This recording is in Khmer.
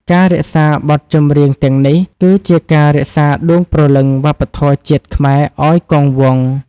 ការរក្សាបទចម្រៀងទាំងនេះ គឺជាការរក្សាដួងព្រលឹងវប្បធម៌ជាតិខ្មែរឱ្យគង់វង្ស។